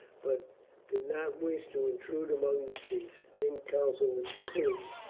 but did not wish to intrude among the chiefs in council with the queen.